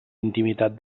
intimitat